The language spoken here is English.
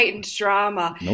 drama